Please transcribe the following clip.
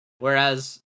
Whereas